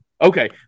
Okay